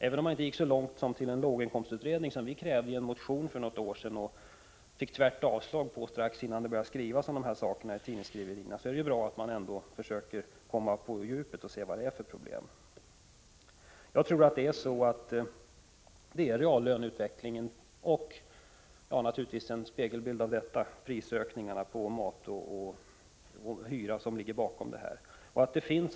Även om man inte gått så långt som till att tillsätta den låginkomstutredning som vi krävde i en motion för något år sedan men som vi fick avslag på strax innan de här frågorna började uppmärksammas i tidningarna, är det bra att man nu försöker gå på djupet och undersöka var problemen ligger. Jag tror att det är reallöneutvecklingen och som en spegelbild av denna ökningarna av matoch hyreskostnaderna som ligger bakom den här utvecklingen.